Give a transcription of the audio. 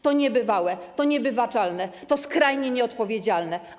To niebywałe, to niewybaczalne, to skrajnie odpowiedzialne.